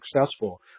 successful